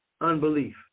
unbelief